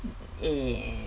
eh